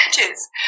edges